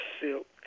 silk